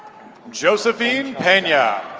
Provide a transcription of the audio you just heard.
josephine pena.